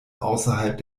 außerhalb